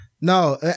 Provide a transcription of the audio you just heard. no